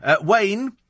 Wayne